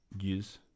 use